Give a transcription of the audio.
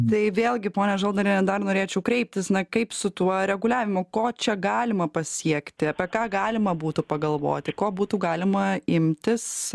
tai vėlgi ponia žaldariene dar norėčiau kreiptis na kaip su tuo reguliavimu ko čia galima pasiekti apie ką galima būtų pagalvoti ko būtų galima imtis